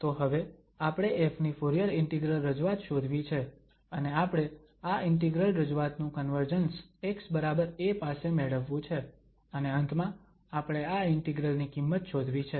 તો હવે આપણે ƒ ની ફુરીયર ઇન્ટિગ્રલ રજૂઆત શોધવી છે અને આપણે આ ઇન્ટિગ્રલ રજૂઆત નુ કન્વર્જન્સ xa પાસે મેળવવું છે અને અંતમાં આપણે આ ઇન્ટિગ્રલ ની કિંમત શોધવી છે